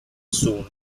soon